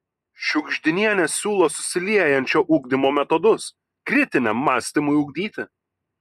šiugždinienė siūlo susiliejančio ugdymo metodus kritiniam mąstymui ugdyti